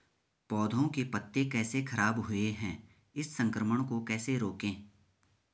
पौधों के पत्ते कैसे खराब हुए हैं इस संक्रमण को कैसे रोकें?